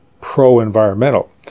pro-environmental